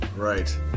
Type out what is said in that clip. Right